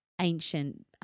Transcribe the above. ancient